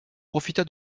profita